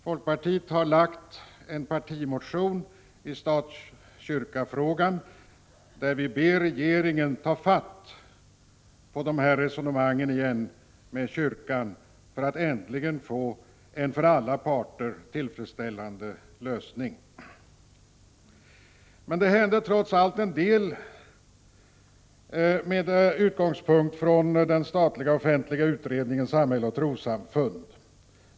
Folkpartiet har lagt fram en partimotion i stat-kyrka-frågan, där vi ber regeringen att åter ta upp dessa resonemang med kyrkan för att äntligen få en för alla parter tillfredsställande lösning. Det hände trots allt en del med utgångspunkt i den statliga offentliga utredningen Samhälle och trossamfund.